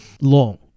long